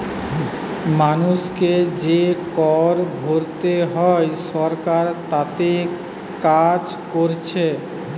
মানুষকে যে কর ভোরতে হয় সরকার তাতে কাজ কোরছে